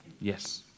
yes